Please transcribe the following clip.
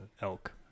elk